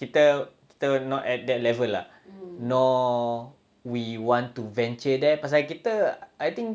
kita kita not at that level lah nor we want to venture there pasal kita I think